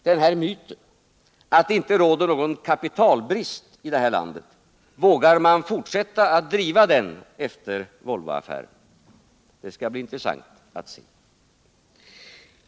Denna myt —att det inte råder någon kapitalbrist i det här landet — vågar man fortsätta att driva den efter Volvoaffären? Det skall bli intressant att se.